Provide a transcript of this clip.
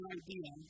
idea